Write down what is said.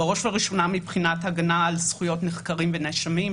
בראש ובראשונה מבחינת הגנה על זכויות נחקרים ונאשמים,